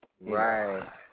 Right